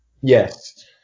Yes